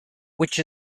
which